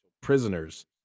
prisoners